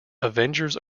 avengers